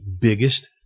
biggest